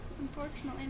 unfortunately